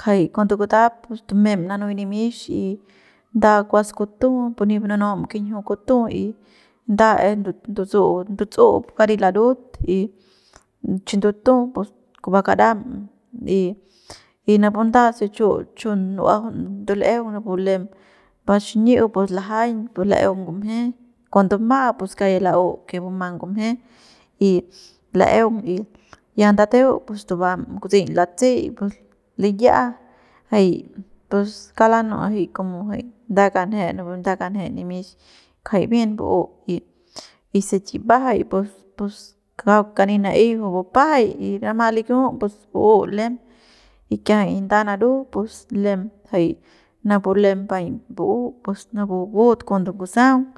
kjay cuando kutap pus tume'em nanuy nimix y nda kuas kutu pus nip nunum kinjiu kutu y nda e ndutsu ndutsu'u pu karit larut y chi ndutu pus kuba karam y y napu nda se chiu chu nu'uajaun ndul'eung pus lajaiñ pus laeung ngumje cuando ma'a pus kauk ya la'u que bumang ngumje y laeung y ya ndateu pus tubam kutseiñ latsey pus liya jay pus kauk lanu'u jay como nda kanje napu nda kanje nimix kjay bien bu'u y se chi mbajay pus pus kauk kani na'ey juy bupajay y rama likiu pus bu'u lem y kiajay nda naru pus lem jay napu lem paiñ bu'u pus napu but cuando ngusaung.